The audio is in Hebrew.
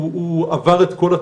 אבל בסוף צריך להבין,